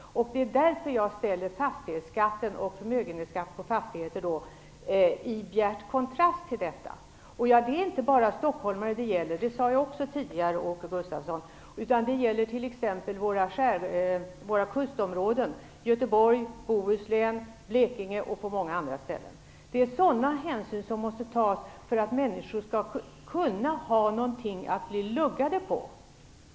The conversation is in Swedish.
Det är därför som jag ställer fastighetsskatten och förmögenhetsskatten på fastigheter i bjärt kontrast till detta. Det gäller inte bara stockholmare, vilket jag också sade tidigare, Åke Gustavsson. Det gäller även t.ex. våra kustområden i Göteborg, Bohuslän, Blekinge och på många andra ställen. Det är sådana hänsyn som måste tas för att människor skall kunna ha något att bli luggade på.